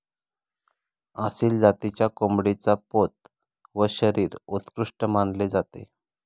आसिल जातीच्या कोंबडीचा पोत व शरीर उत्कृष्ट मानले जाते